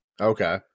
Okay